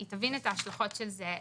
היא תבין את ההשלכות של זה בהמשך.